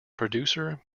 producer